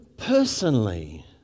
Personally